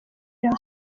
rayon